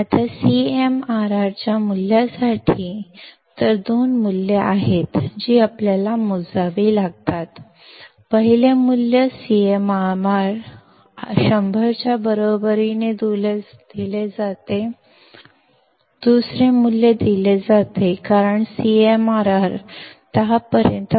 ಈಗ CMRR ಮೌಲ್ಯಕ್ಕಾಗಿ ಆದ್ದರಿಂದ ನಾವು ಲೆಕ್ಕಹಾಕಬೇಕಾದ ಎರಡು ಮೌಲ್ಯಗಳಿವೆ ಮೊದಲ ಮೌಲ್ಯವನ್ನು CMRR 100 ಕ್ಕೆ ಸಮನಾಗಿ ನೀಡಲಾಗುತ್ತದೆ